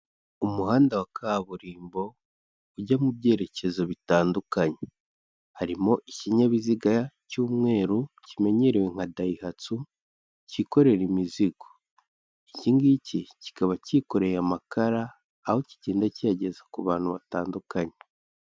Umuhanda wa kaburimbo ujya mu byerekezo bitandukanye, harimo ikinyabiziga cy'umweru kimenyerewe nka dayihasu cyikorera imizigo, iki ngiki kikaba cyikoreye amakara, aho kigenda kiyageza ku bantu batandukanye.